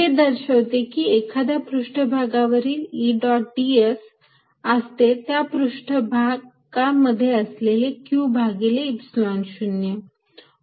हे दर्शवते की एखाद्या पृष्ठभागावरील E डॉट ds असते त्या पृष्ठभागांमध्ये असलेले q भागिले Epsilon 0